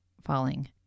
falling